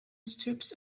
strips